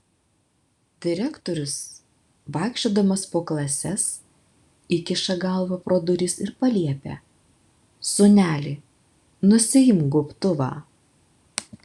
direktorius vaikščiodamas po klases įkiša galvą pro duris ir paliepia sūneli nusiimk gobtuvą